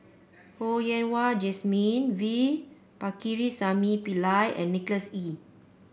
Ho Yen Wah Jesmine V Pakirisamy Pillai and Nicholas Ee